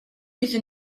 with